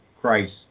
Christ